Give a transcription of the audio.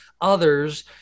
others